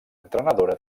entrenadora